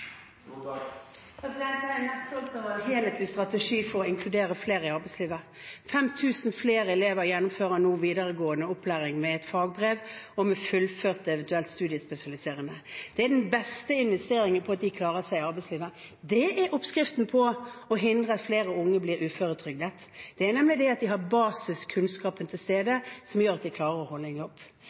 er mest stolt av å ha hatt en helhetlig strategi for å inkludere flere i arbeidslivet. 5 000 flere elever gjennomfører nå videregående opplæring med et fagbrev og fullfører eventuelt med studiespesialiserende. Det er den beste investeringen for at de klarer seg i arbeidslivet. Det er oppskriften på å hindre at flere unge blir uføretrygdet. Det er nemlig det at de har basiskunnskapen til stede som gjør at de klarer å holde i en jobb.